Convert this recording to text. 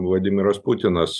vladimiras putinas